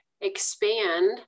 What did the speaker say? expand